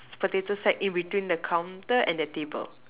potato sack in between the counter and the table